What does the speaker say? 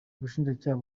ubushinjacyaha